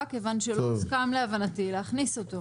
כיוון שלא הוסכם להבנתי להכניס אותו.